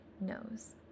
knows